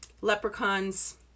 leprechauns